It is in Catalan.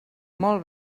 molt